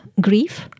grief